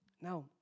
Now